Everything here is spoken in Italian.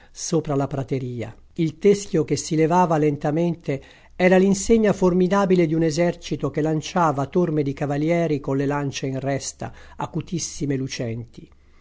sopra la prateria il teschio che si levava lentamente era l'insegna formidabile di un esercito che lanciava torme di cavalieri colle lance in resta acutissime lucenti